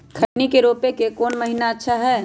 खैनी के रोप के कौन महीना अच्छा है?